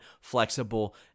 flexible